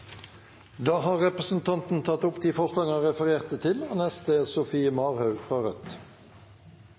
Da har representanten Tor André Johnsen teke opp dei forslaga han refererte til.